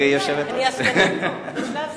היא תהיה, אבל בינתיים לא.